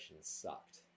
sucked